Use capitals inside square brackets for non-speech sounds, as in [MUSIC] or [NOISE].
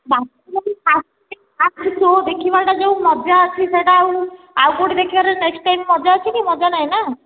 [UNINTELLIGIBLE] first day' first show' ଦେଖିବାଟା ଯେଉଁ ମଜା ଅଛି ସେଇଟା ଆଉ ଆଉ କେଉଁଠି ଦେଖିବାର ନେକ୍ସଟ୍ ଟାଇମ୍ ମଜା ଅଛି କି ମଜା ନାହିଁ ନା